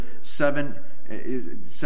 seven